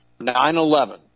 9-11